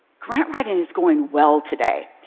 grant-writing is going well today.